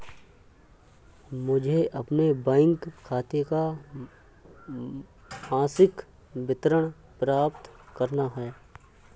मुझे अपने बैंक खाते का मासिक विवरण प्राप्त करना है?